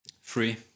free